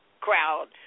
crowd